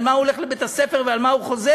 למה הוא הולך לבית-ספר ולמה הוא חוזר,